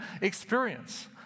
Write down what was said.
experience